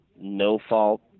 no-fault